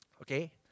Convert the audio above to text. Okay